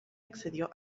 accedió